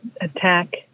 attack